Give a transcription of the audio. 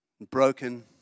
broken